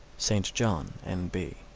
st. john, n b.